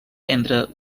entre